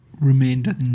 remainder